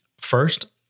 First